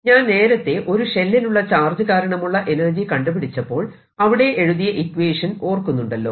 ഞാൻ നേരത്തെ ഒരു ഷെല്ലിലുള്ള ചാർജ് കാരണമുള്ള എനർജി കണ്ടു പിടിച്ചപ്പോൾ അവിടെ എഴുതിയ ഇക്വേഷൻ ഓർക്കുന്നുണ്ടല്ലോ